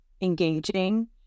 engaging